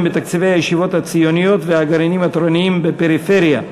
בתקציבי הישיבות הציוניות והגרעינים התורניים בפריפריה,